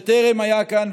שטרם היה כאן,